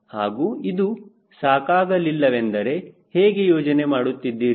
ಹಾಗೂ ಇದು ಸಾಕಾಗಲಿಲ್ಲವೆಂದರೆ ಹೇಗೆ ಯೋಜನೆ ಮಾಡುತ್ತಿದ್ದೀರಿ